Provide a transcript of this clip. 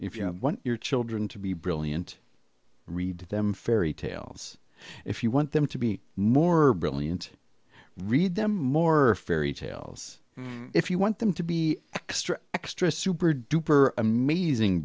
if you want your children to be brilliant read them fairy tales if you want them to be more brilliant read them more fairy tales if you want them to be extra extra super duper amazing